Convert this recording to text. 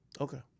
okay